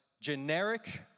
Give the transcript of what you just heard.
generic